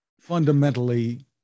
fundamentally